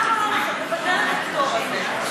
למה לא לבטל את הפטור הזה,